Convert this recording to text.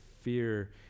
fear